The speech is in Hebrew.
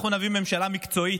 אנחנו נביא ממשלה מקצועית,